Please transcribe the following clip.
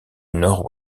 nord